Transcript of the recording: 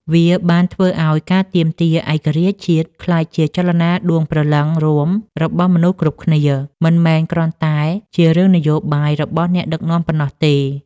វាបានធ្វើឱ្យការទាមទារឯករាជ្យជាតិក្លាយជាចលនាដួងព្រលឹងរួមរបស់មនុស្សគ្រប់គ្នា មិនមែនគ្រាន់តែជារឿងនយោបាយរបស់អ្នកដឹកនាំប៉ុណ្ណោះទេ។